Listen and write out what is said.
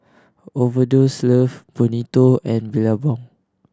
Overdose Love Bonito and Billabong